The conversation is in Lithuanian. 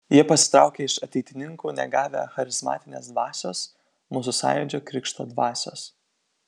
jie pasitraukė iš ateitininkų negavę charizmatinės dvasios mūsų sąjūdžio krikšto dvasios